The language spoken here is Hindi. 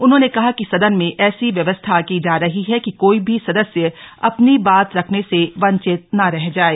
उन्होंने कहा कि सदन में ऐसी व्यवस्था की जा रही है कि कोई भी सदस्य अपनी बात रखने से वंचित न रह पाये